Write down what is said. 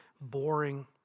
boring